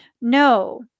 No